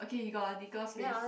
okay you got a bigger space